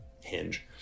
Hinge